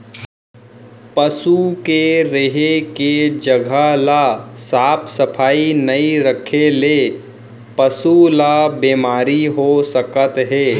पसू के रेहे के जघा ल साफ सफई नइ रखे ले पसु ल बेमारी हो सकत हे